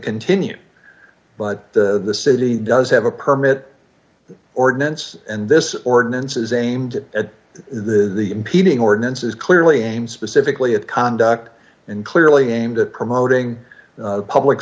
continue but the city does have a permit ordinance and this ordinance is aimed at the impeding ordinance is clearly aimed specifically at conduct and clearly aimed at promoting public